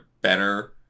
better